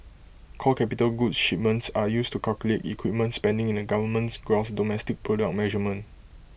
core capital goods shipments are used to calculate equipment spending in the government's gross domestic product measurement